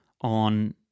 on